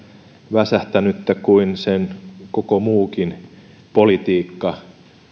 väsähtänyttä kuin sen koko muukin politiikka